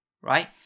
right